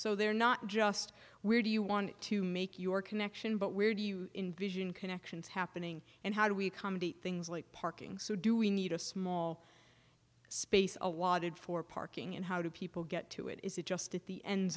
so they're not just where do you want to make your connection but where do you envision connections happening and how do we come to things like parking so do we need a small space allotted for parking and how do people get to it is it just at the end